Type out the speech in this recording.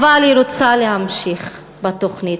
אבל היא רוצה להמשיך בתוכנית.